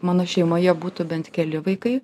mano šeimoje būtų bent keli vaikai